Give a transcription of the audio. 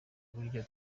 uburyo